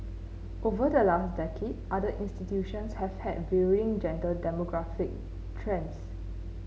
over the last decade other institutions have had varying gender demographic trends